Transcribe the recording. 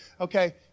okay